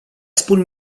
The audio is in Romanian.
spun